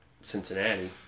Cincinnati